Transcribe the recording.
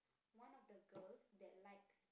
one of the girls that likes